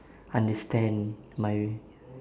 understand my